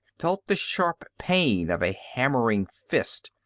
felt the sharp pain of a hammering fist,